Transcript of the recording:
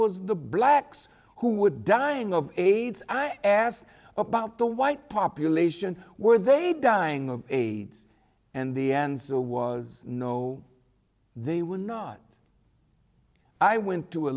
was the blacks who would dying of aids i asked about the white population were they dying of aids and the ends or was no they were not i went to a